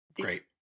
Great